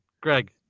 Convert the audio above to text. Greg